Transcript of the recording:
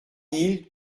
mille